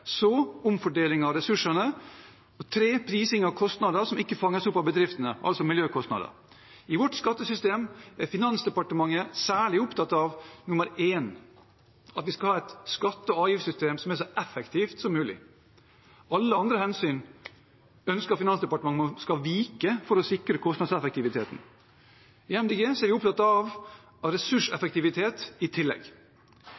så omfordeling av ressursene og, det tredje, prising av kostnader som ikke fanges opp av bedriftene, altså miljøkostnader. I vårt skattesystem er Finansdepartementet særlig opptatt av det første, at vi skal ha et skatte- og avgiftssystem som er så effektivt som mulig. Alle andre hensyn ønsker Finansdepartementet skal vike for å sikre kostnadseffektiviteten. I Miljøpartiet De Grønne er vi opptatt av